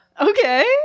okay